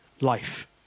life